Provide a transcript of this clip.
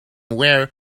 wear